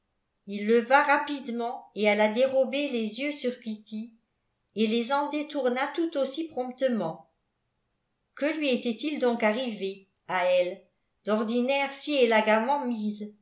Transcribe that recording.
il leva rapidement et à la dérobée les yeux sur kitty et les en détourna tout aussi promptement que lui était-il donc arrivé à elle d'ordinaire si élégamment mise